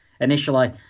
Initially